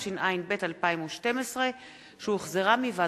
התשע"ב 2012,